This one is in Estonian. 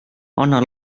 anna